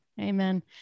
amen